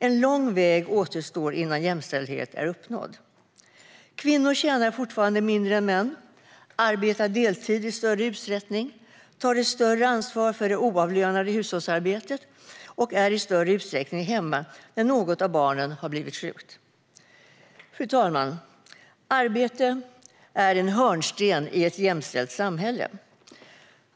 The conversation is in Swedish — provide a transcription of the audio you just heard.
En lång väg återstår innan jämställdhet är uppnådd. Kvinnor tjänar fortfarande mindre än män, arbetar deltid i större utsträckning, tar ett större ansvar för det oavlönade hushållsarbetet och är i större utsträckning hemma när något av barnen har blivit sjukt. Fru talman! Arbete är en hörnsten i ett jämställt samhälle.